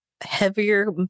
heavier